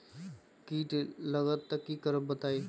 कीट लगत त क करब बताई?